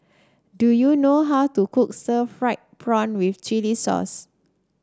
do you know how to cook Stir Fried Prawn with Chili Sauce